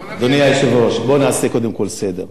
בוא נעשה קודם כול סדר: קודם כול,